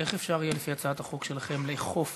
איך אפשר יהיה לפי הצעת החוק שלכם לאכוף?